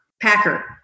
Packer